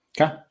Okay